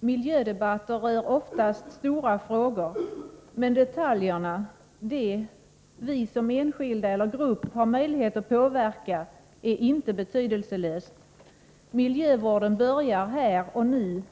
Miljödebatter rör oftast stora frågor. Men detaljerna — vilka vi som enskilda eller grupp har möjlighet att påverka — är inte betydelselösa. Miljövården börjar här och nu.